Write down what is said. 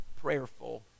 prayerful